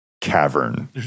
cavern